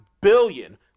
billion